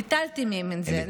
ביטלתם את זה.